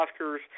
Oscars